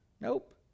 Nope